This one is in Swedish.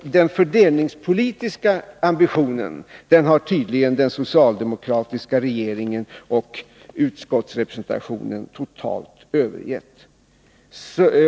Den fördelningspolitiska ambitionen har tydligen den socialdemokratiska regeringen och utskottsrepresentationen totalt övergett.